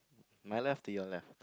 my left to your left